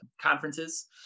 conferences